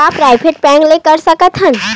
का private bank ले कर सकत हन?